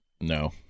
No